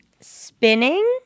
Spinning